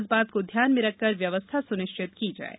इस बात को ध्यान में रखकर व्यवस्था सुनिश्चित की जाये